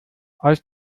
als